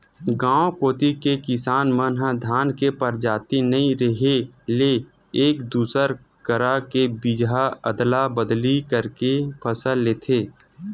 गांव कोती के किसान मन ह धान के परजाति नइ रेहे ले एक दूसर करा ले बीजहा अदला बदली करके के फसल लेथे